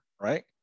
right